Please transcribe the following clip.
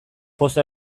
poza